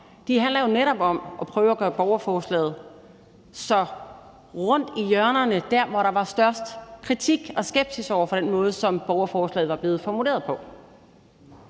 dem, handler jo netop om at prøve at gøre borgerforslaget så rundt som muligt i hjørnerne der, hvor der var størst kritik og skepsis over for den måde, som borgerforslaget var blevet formuleret på.